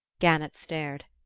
gannett stared.